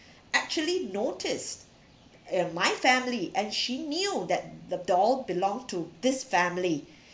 actually noticed and my family and she knew that the doll belonged to this family